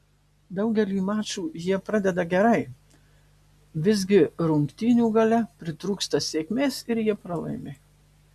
daugelį mačų jie pradeda gerai visgi rungtynių gale pritrūksta sėkmės ir jie pralaimi